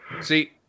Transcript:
See